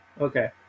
Okay